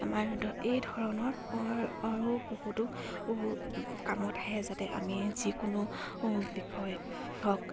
আমাৰ এই ধৰণৰ আৰু বহুতো কামত আহে যাতে আমি যিকোনো বিষয় হওক